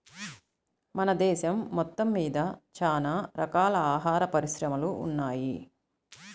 మన దేశం మొత్తమ్మీద చానా రకాల ఆహార పరిశ్రమలు ఉన్నయ్